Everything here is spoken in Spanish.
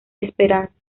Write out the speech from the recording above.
esperanza